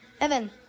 Evan